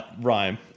rhyme